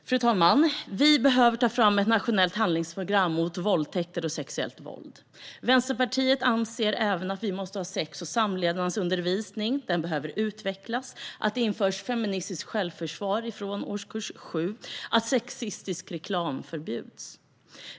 Det behöver tas fram ett nationellt handlingsprogram mot våldtäkter och sexuellt våld. Vänsterpartiet anser även att sex och samlevnadsundervisningen behöver utvecklas, att feministiskt självförsvar bör införas från årskurs 7 och att sexistisk reklam bör förbjudas.